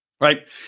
right